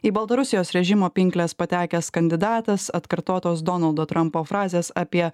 į baltarusijos režimo pinkles patekęs kandidatas atkartotos donaldo trampo frazės apie